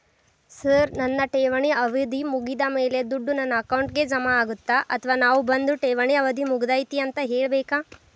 Sir ನನ್ನ ಠೇವಣಿ ಅವಧಿ ಮುಗಿದಮೇಲೆ, ದುಡ್ಡು ನನ್ನ ಅಕೌಂಟ್ಗೆ ಜಮಾ ಆಗುತ್ತ ಅಥವಾ ನಾವ್ ಬಂದು ಠೇವಣಿ ಅವಧಿ ಮುಗದೈತಿ ಅಂತ ಹೇಳಬೇಕ?